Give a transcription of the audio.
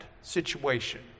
situation